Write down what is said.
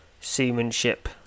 seamanship